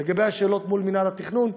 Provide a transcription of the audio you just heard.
לגבי השאלות למינהל התכנון,